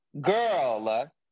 Girl